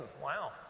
Wow